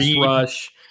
rush